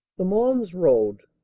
the mons road!